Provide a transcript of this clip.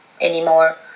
anymore